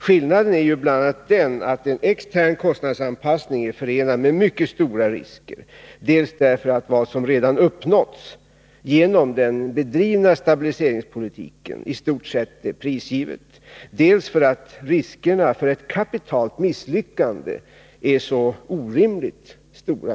Skillnaden är ju bl.a. den att en extern Nr 35 kostnadsanpassning är förenad med mycket stora risker, dels därför att vad Fredagen den som redan uppnåtts genom den bedrivna stabiliseringspolitiken i stort sett är 26 november 1982 prisgivet, dels därför att riskerna för ett kapitalt misslyckande är orimligt stora.